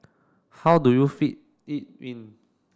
how do you fit it in